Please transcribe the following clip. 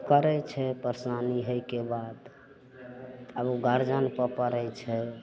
करय छै परेसानी होइके बात आब उ गार्जियनपर पड़य छै